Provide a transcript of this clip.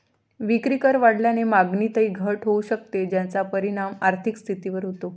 विक्रीकर वाढल्याने मागणीतही घट होऊ शकते, ज्याचा परिणाम आर्थिक स्थितीवर होतो